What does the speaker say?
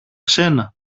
ξένα